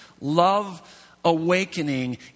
love-awakening